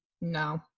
no